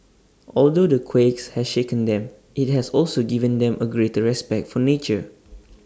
although the quakes has shaken them IT has also given them A greater respect for nature